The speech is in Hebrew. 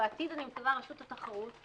ובעתיד אני מקווה רשות התחרות,